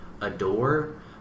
adore